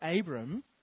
Abram